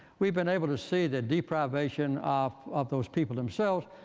we've been able to see that deprivation of of those people themselves.